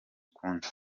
ukundi